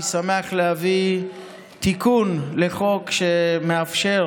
אני שמח להביא תיקון לחוק שמאפשר